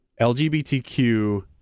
LGBTQ